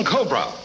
Cobra